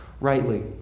rightly